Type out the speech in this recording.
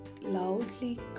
loudly